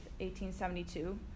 1872